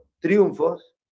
triunfos